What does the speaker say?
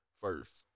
first